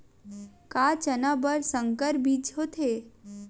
का चना बर संकर बीज होथे?